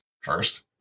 First